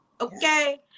okay